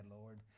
Lord